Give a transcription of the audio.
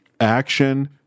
action